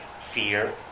fear